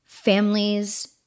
Families